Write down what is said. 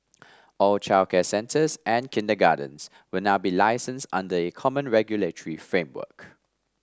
all childcare centres and kindergartens will now be licensed under a common regulatory framework